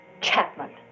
Chapman